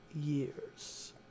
Years